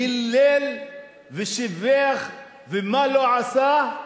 הילל ושיבח ומה לא עשה.